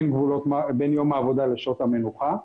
אין גבולות בין יום העבודה לשעות המנוחה.